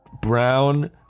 brown